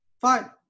fine